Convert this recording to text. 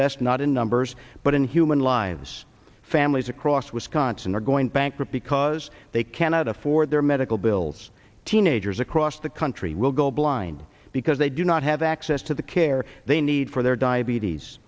best not in numbers but in human lives families across wisconsin are going bankrupt because they cannot afford their medical bills teenagers across the country will go blind because they do not have access to the care they need for their diabetes